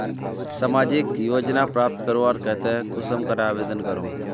सामाजिक योजना प्राप्त करवार केते कुंसम करे आवेदन करूम?